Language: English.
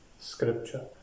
scripture